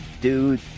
dude